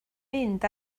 mynd